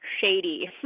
shady